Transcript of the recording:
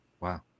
Wow